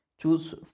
choose